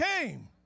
came